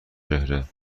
چهره